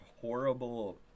horrible